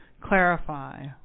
clarify